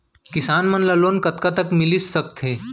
किसान मन ला लोन कतका तक मिलिस सकथे?